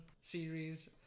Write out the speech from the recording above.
series